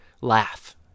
Laugh